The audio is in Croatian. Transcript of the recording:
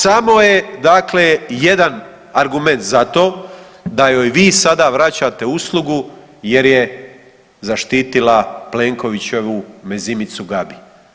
Samo je dakle jedan argument za to, da joj vi sada vraćate uslugu jer je zaštitila Plenkovićevu mezimicu Gabi.